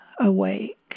awake